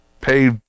pay